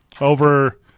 over